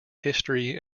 history